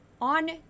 On